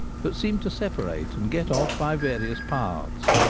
but seemed to separate and get off by various paths.